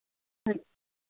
ਹਾ